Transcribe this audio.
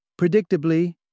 Predictably